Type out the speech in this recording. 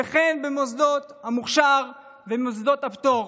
וכן במוסדות המוכש"ר ומוסדות הפטור.